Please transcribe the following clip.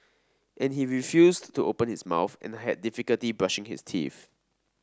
and he refused to open his mouth and I had difficulty brushing his teeth